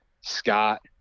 Scott